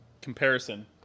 comparison